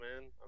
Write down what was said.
man